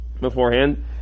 beforehand